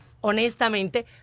honestamente